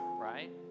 Right